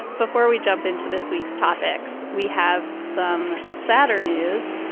before we jump into this week's topics, we have some sadder news.